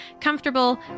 comfortable